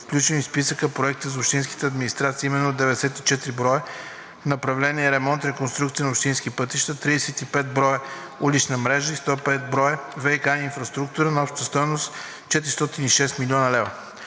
включени в списъка проекти за общинската администрация, именно: 94 броя направления за ремонт и реконструкция на общински пътища, 35 броя улична мрежа и 105 броя ВиК инфраструктура на обща стойност 406 млн. лв.